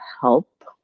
help